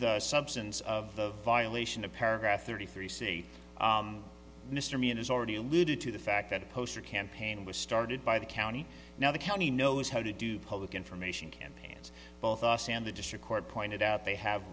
the substance of the violation of paragraph thirty three c mr meehan has already alluded to the fact that a poster campaign was started by the county now the county knows how to do public information campaigns both us and the district court pointed out they have